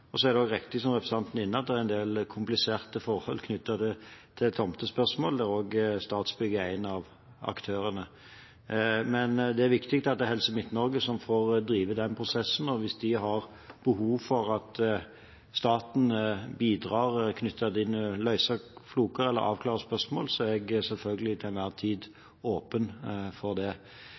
Så er det riktig – som representanten var inne på – at det er en del kompliserte forhold knyttet til tomtespørsmål, der også Statsbygg er en av aktørene. Men det er viktig at det er Helse Midt-Norge som får drive denne prosessen. Hvis de har behov for at staten bidrar her – løser floker eller avklarer spørsmål – er jeg til enhver tid selvfølgelig åpen for det.